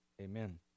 Amen